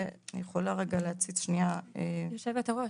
יושבת הראש,